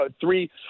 three